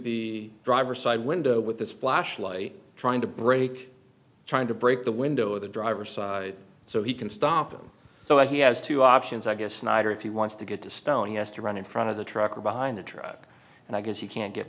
the driver's side window with his flashlight trying to break trying to break the window of the driver side so he can stop them so he has two options i guess snyder if he wants to get to stone us to run in front of the truck or behind a truck and i guess you can't get